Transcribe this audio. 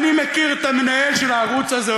אני מכיר את המנהל של הערוץ הזה,